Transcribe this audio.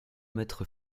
maître